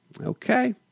Okay